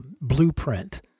blueprint